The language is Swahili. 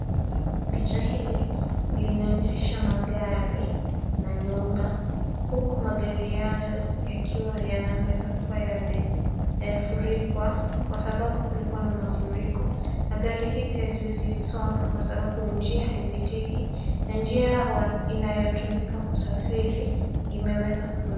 Picha hili linaonyesha magari na nyumba. Huku magari hayo yakiwa yanaweza kuwa yamefurikwa kwa sababu kulikuwa na mafuriko. Na magari hizi haziwezi songa kwa sababu njia haipitiki na njia inayotumika kusafiri imeweza kufurika.